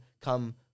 come